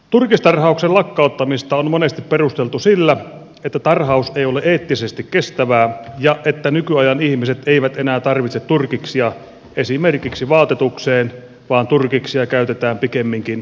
turkistarhauksen lakkauttamista on monesti perusteltu sillä että tarhaus ei ole eettisesti kestävää ja että nykyajan ihmiset eivät enää tarvitse turkiksia esimerkiksi vaatetukseen vaan turkiksia käytetään pikemminkin koristeena